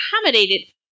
accommodated